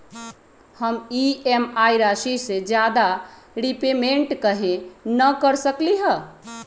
हम ई.एम.आई राशि से ज्यादा रीपेमेंट कहे न कर सकलि ह?